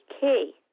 key